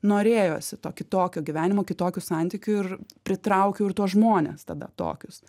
norėjosi to kitokio gyvenimo kitokių santykių ir pritraukiau ir tuos žmones tada tokius